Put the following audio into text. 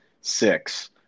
six